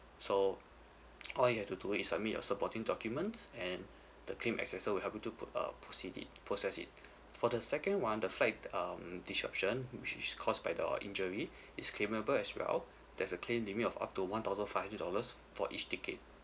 so all you have to is submit your supporting documents and the claim assessor will help you to pro~ uh proceed it process it for the second one the flight um disruption which is caused by the injury is claimable as well there's a claim limit of up to one thousand five hundred dollars for each ticket